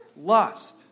lust